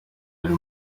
ari